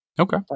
Okay